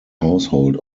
household